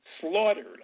slaughtered